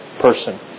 person